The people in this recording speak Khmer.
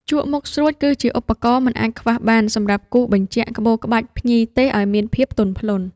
ជក់មុខស្រួច គឺជាឧបករណ៍មិនអាចខ្វះបានសម្រាប់គូសបញ្ជាក់ក្បូរក្បាច់ភ្ញីទេសឱ្យមានភាពទន់ភ្លន់។